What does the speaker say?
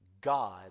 God